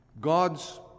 God's